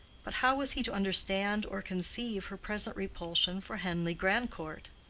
but how was he to understand or conceive her present repulsion for henleigh grandcourt?